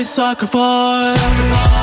sacrifice